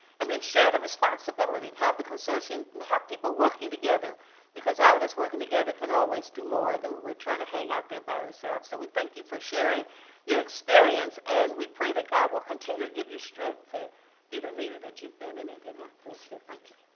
and then share the responsibility, and have the consortium, have people working together because all of us working together can always do more than when we're trying to hang out there by ourselves. so we thank you for sharing your experience and we pray that god will continue to give you strength to be the leader that you've been in indianapolis thank you.